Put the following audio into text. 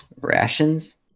Rations